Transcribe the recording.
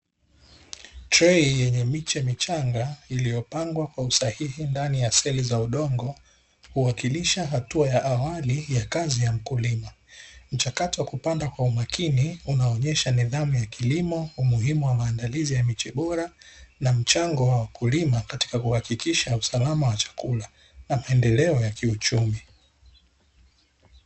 Trei yenye miche michanga, iliyopangwa kwa usahihi ndani ya seli za udongo, kuwakilisha hatua ya awali ya kazi ya mkulima, mchakato wa kupanda kwa umakini unaonyesha nidhamu ya kilimo, umuhimu wa maandalizi ya miche bora, na mchango wa wakulima katika kuhakikisha usalama wa chakula na maendeleo ya kiuchumi.